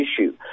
issue